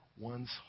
one's